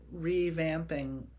revamping